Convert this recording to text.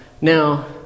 Now